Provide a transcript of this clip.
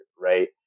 right